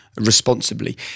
responsibly